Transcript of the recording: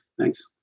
thanks